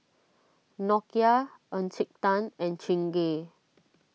Nokia Encik Tan and Chingay